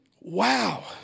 Wow